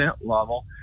level